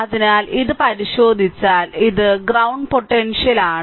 അതിനാൽ ഇത് പരിശോധിച്ചാൽ ഇത് ഗ്രൌണ്ട് പൊട്ടൻഷ്യൽ ആൺ